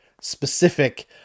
specific